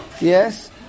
Yes